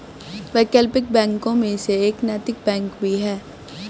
वैकल्पिक बैंकों में से एक नैतिक बैंक भी है